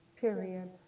Period